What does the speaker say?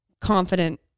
confident